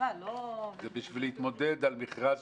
בשביל להתמודד על מכרז